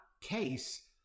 case